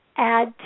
add